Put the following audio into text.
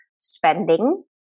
spending